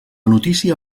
notícia